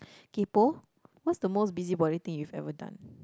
kaypo what's the most busybody thing you've ever done